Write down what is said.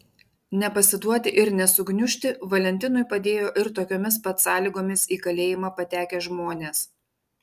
nepasiduoti ir nesugniužti valentinui padėjo ir tokiomis pat sąlygomis į kalėjimą patekę žmonės